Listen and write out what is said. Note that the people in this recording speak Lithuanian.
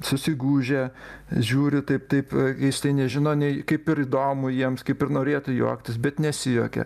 susigūžę žiūri taip taip keistai nežino nei kaip ir įdomu jiems kaip ir norėtų juoktis bet nesijuokia